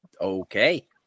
Okay